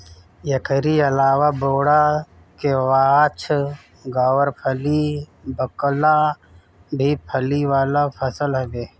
एकरी अलावा बोड़ा, केवाछ, गावरफली, बकला भी फली वाला फसल हवे